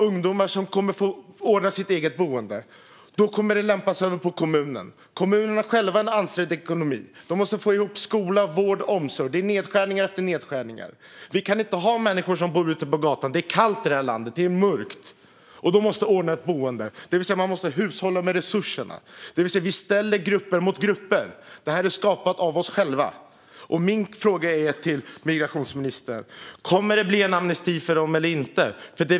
Ungdomar kommer att få ordna sitt eget boende. De kommer att lämpas över på kommunerna, som själva har en ansträngd ekonomi och måste få ihop skola, vård och omsorg. Det är nedskärningar efter nedskärningar. Vi kan inte ha människor som bor ute på gatan. Det är kallt och mörkt i det här landet. De måste ordna boende. Detta handlar om att man måste hushålla med resurserna. Vi ställer grupper mot grupper. Det här är skapat av oss själva. Min fråga till migrationsministern är: Kommer det att bli en amnesti för dem eller inte?